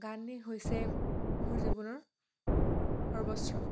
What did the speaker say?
গানে হৈছে মোৰ জীৱনৰ সৰ্বশ্ৰ